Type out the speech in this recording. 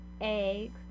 eggs